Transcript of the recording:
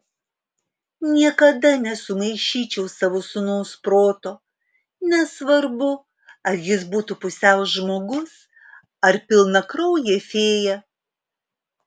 niekada nesumaišyčiau savo sūnaus proto nesvarbu ar jis būtų pusiau žmogus ar pilnakraujė fėja